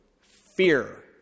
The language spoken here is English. fear